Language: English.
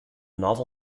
novel